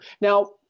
Now